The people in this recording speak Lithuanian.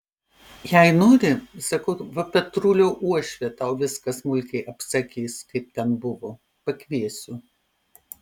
jei nori sakau va petrulio uošvė tau viską smulkiai apsakys kaip ten buvo pakviesiu